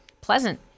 pleasant